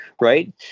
right